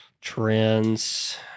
Trends